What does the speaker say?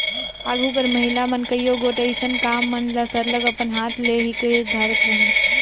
आघु कर महिला मन कइयो गोट अइसन काम मन ल सरलग अपन हाथ ले ही कइर धारत रहिन